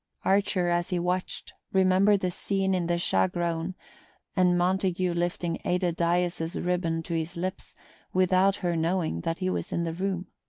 archer, as he watched, remembered the scene in the shaughraun, and montague lifting ada dyas's ribbon to his lips without her knowing that he was in the room.